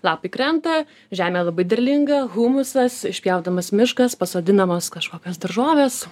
lapai krenta žemė labai derlinga humusas išpjaudamas miškas pasodinamos kažkokios daržovės